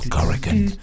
Corrigan